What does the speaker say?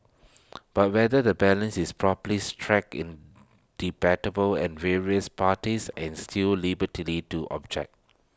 but whether the balance is properly struck in debatable and various parties and still liberty lit to object